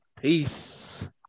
Peace